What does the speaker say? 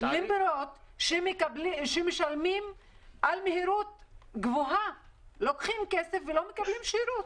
למרות שמשלמים על מהירות גבוהה לוקחים כסף ולא מקבלים שירות.